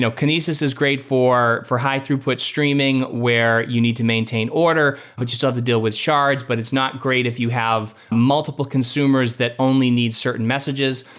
kinesis is great for for high throughput streaming where you need to maintain order, but you still have to deal with shards, but it's not great if you have multiple consumers that only need certain messages.